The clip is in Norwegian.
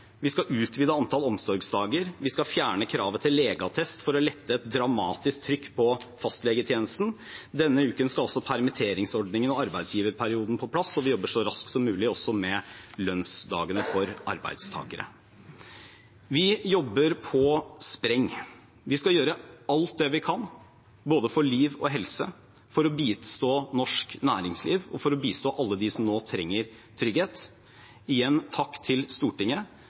Vi skal utvide antall omsorgsdager, og vi skal fjerne kravet til legeattest for å lette et dramatisk trykk på fastlegetjenesten. Denne uken skal også permitteringsordningen og arbeidsgiverperioden på plass, og vi jobber så raskt som mulig også med lønnsdagene for arbeidstakere. Vi jobber på spreng. Vi skal gjøre alt det vi kan – både for liv og helse, for å bistå norsk næringsliv og for å bistå alle dem som nå trenger trygghet. Igjen: Takk til Stortinget.